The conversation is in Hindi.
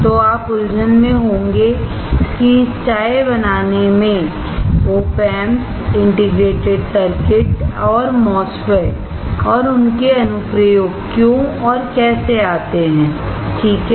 तो आप उलझन में होंगे कि इस चाय बनाने मे Op Amps इंटीग्रेटेड सर्किट और MOSFETs और उनके अनुप्रयोग क्यों और कैसे आते हैं ठीक है